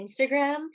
Instagram